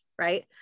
Right